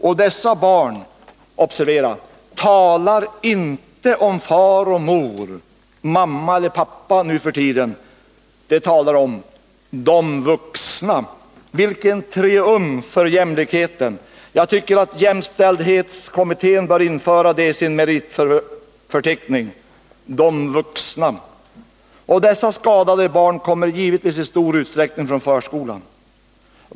Och dessa barn — observera — talar inte om far eller mor, mamma eller pappa, nu för tiden. De talar om ”dom vuxna”. Vilken triumf för jämlikheten! Jag tycker att jämställdhetskommittén bör införa det i sin meritförteckning: ”Dom vuxna!” Dessa skadade barn kommer givetvis i stor utsträckning från förskolan.